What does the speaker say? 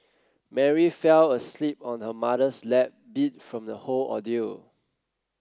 Mary fell asleep on her mother's lap beat from the whole ordeal